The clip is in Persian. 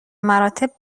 مراتب